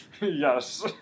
Yes